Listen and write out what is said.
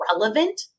relevant